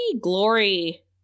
Glory